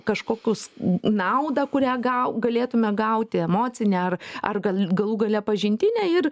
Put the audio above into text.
kažkokius naudą kurią gal galėtume gauti emocinę ar ar gali galų gale pažintinę ir